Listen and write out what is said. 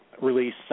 release